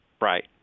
Right